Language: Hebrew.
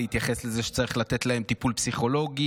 להתייחס לזה שצריך לתת להם טיפול פסיכולוגי,